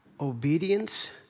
obedience